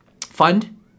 fund